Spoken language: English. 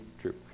true